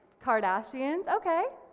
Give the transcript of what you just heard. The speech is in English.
kardashians, okay